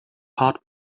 part